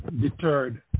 deterred